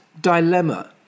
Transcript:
Dilemma